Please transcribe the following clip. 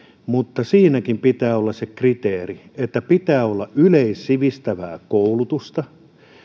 mutta siinäkin pitää olla se kriteeri että pitää olla yleissivistävää koulutusta